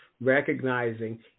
recognizing